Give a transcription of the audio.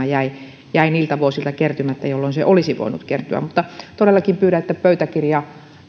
jäi jäi niiltä vuosilta kertymättä jolloin se olisi voinut kertyä mutta todellakin pyydän että